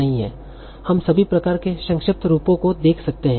हम सभी प्रकार के संक्षिप्त रूपों को देख सकते हैं